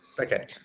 okay